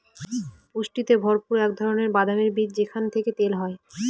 পুষ্টিতে ভরপুর এক ধরনের বাদামের বীজ যেখান থেকে তেল হয়